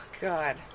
god